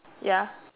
ya